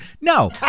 No